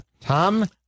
Tom